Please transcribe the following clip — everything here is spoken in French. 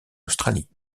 australie